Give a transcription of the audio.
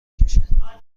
کشد